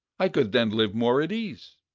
i could then live more at ease.